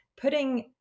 putting